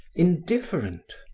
indifferent,